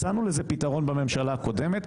מצאנו לזה פתרון בממשלה הקודמת,